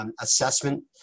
assessment